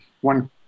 one